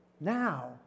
Now